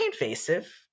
invasive